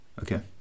Okay